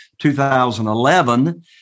2011